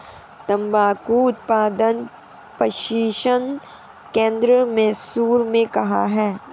तंबाकू उत्पादन प्रशिक्षण केंद्र मैसूर में कहाँ है?